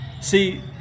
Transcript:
See